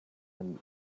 and